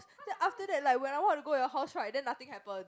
then after that like when I want to go your house right then nothing happen